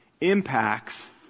impacts